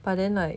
but then like